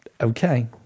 Okay